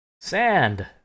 Sand